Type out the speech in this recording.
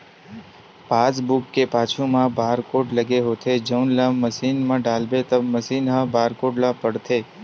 passbook के पाछू म बारकोड लगे होथे जउन ल मसीन म डालबे त मसीन ह बारकोड ल पड़थे